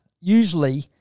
usually